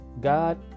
God